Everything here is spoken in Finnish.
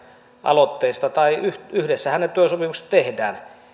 aloitteesta tai yhdessähän ne työsopimukset tehdään